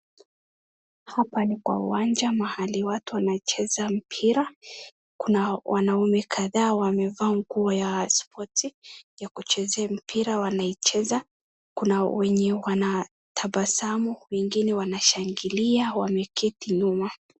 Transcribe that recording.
Hapa ni kwa uwanja mahali watu wanacheza mpira. Kuna wanaume kadhaa wamevaa nguo ya spoti ya kuchezea mpira wanaicheza . Kuna wale wanatabasamu, wengine wanashangalia wameketi nyuma.